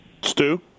Stu